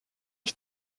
ich